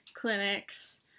clinics